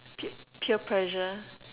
pe~ peer pressure